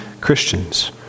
Christians